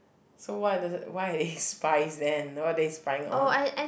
so what the~ why the~ spies then and what are they spying on